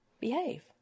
behave